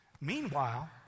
Meanwhile